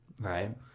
Right